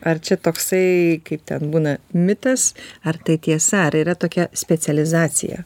ar čia toksai kaip ten būna mitas ar tai tiesa ar yra tokia specializacija